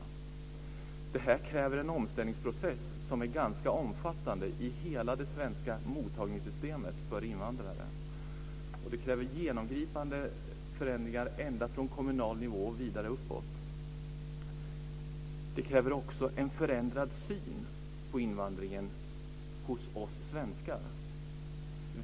Det här kräver en omställningsprocess som är ganska omfattande i hela det svenska mottagningssystemet för invandrare. Det kräver genomgripande förändringar ända från kommunal nivå och vidare uppåt. Det kräver också en förändrad syn på invandringen hos oss svenskar.